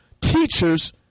teachers